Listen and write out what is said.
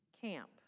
camp